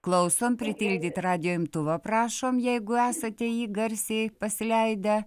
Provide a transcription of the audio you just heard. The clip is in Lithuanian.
klausant pritildyti radijo imtuvą prašom jeigu esate jį garsiai pasileidę